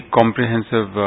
comprehensive